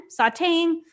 sauteing